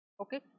okay